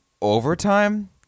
overtime